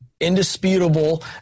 indisputable